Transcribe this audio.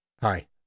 Hi